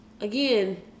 again